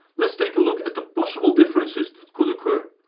let's take a look at the possible differences that could occur.